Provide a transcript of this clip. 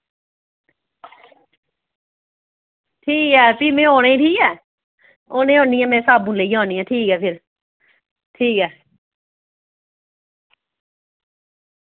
ठीक ऐ फ्ही मैं औने ठीक ऐ हु'ने औनी ऐ मैं साबुन लेइयै औनी ऐ ठीक ऐ फिर ठीक ऐ